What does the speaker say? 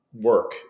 work